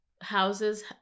houses